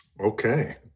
Okay